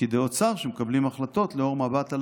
פקידי אוצר שמקבלים החלטות לאור מבט על